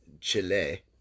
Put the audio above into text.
Chile